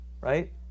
right